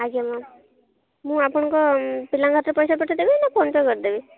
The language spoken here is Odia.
ଆଜ୍ଞା ମ୍ୟାମ୍ ମୁଁ ଆପଣଙ୍କ ପିଲାଙ୍କ ହାତରେ ପଇସା ପଠାଇ ଦେବି ନା ଫୋନ୍ ପେ କରିଦେବି